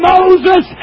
Moses